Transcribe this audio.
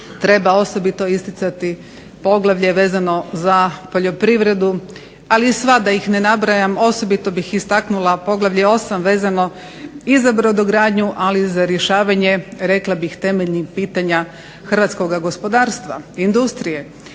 treba osobito isticati poglavlje vezano za poljoprivredu ali i sva, da ih ne nabrajam, osobito bih istaknula poglavlje 8. vezano i za brodogradnju ali i za rješavanje temeljnih pitanja Hrvatskoga gospodarstva, industrije